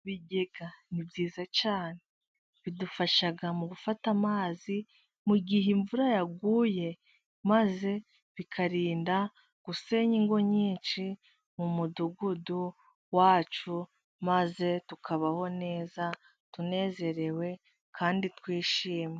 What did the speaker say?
Ibigega ni byiza cyane, bidufasha mu gufata amazi, mu gihe imvura yaguye, maze bikarinda gusenya ingo nyinshi, mu mudugudu wacu, maze tukabaho neza, tunezerewe kandi twishimye.